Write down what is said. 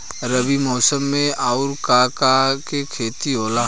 रबी मौसम में आऊर का का के खेती होला?